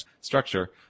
structure